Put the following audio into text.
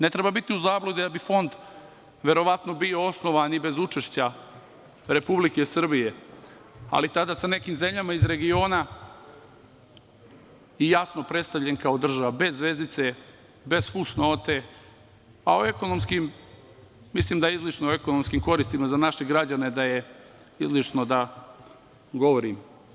Ne treba biti u zabludi da bi Fond verovatno bio osnovan i bez učešća Republike Srbije, ali tada sa nekim zemljama iz regiona i jasno predstavljen kao država, bez zvezdice, bez fusnote, a o ekonomskoj koristi za naše građane, mislim da je izlišno da govorim.